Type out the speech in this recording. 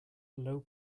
low